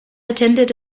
attended